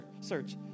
search